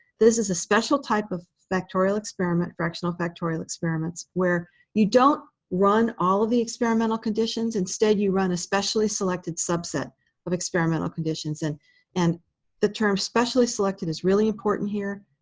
this is a special type of factorial experiment, fractional factorial experiments where you don't run all of the experimental conditions. instead, you run a specially selected subset of experimental conditions. and and the term specially selected is really important here.